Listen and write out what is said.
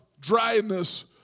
dryness